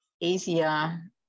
easier